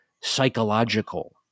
psychological